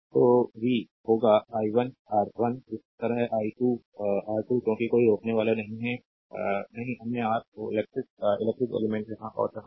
तो v होगा i1 R1 इसी तरह i2 R2 क्योंकि कोई रोकनेवाला नहीं है नहीं अन्य आर इलेक्ट्रिक एलिमेंट्स यहां और यहां है